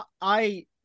I-